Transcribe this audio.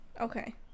okay